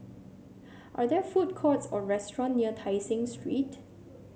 are there food courts or restaurant near Tai Seng Street